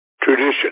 tradition